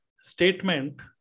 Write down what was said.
statement